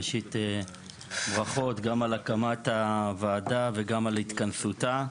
ראשית, ברכות גם על הקמת הוועדה, וגם על התכנסותה,